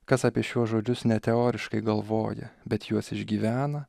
kas apie šiuos žodžius ne teoriškai galvoja bet juos išgyvena